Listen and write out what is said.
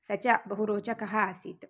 स च बहुरोचकः आसीत्